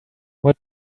what